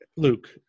Luke